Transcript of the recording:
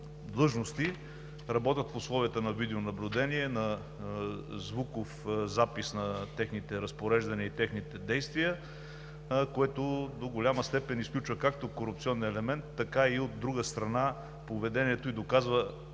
длъжности, работят в условията на видеонаблюдение, на звуков запис на техните разпореждания и техните действия. Това до голяма степен изключва както корупционния елемент, така, от друга страна, доказва